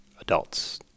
adults